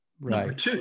Right